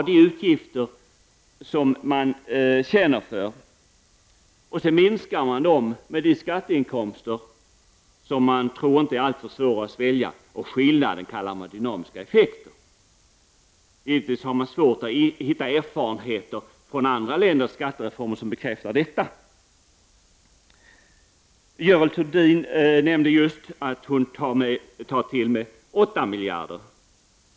De utgifter som man känner för minskas med de skatteinkomster som man tror inte är alltför svåra att svälja. Skillnaden kallar man dynamiska effekter. Givetvis är det svårt att hitta erfarenheter från andra länders skattereformer som bekräftar detta. Görel Thurdin nämnde just att hon tar till 8 miljarder.